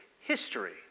history